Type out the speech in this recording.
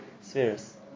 spheres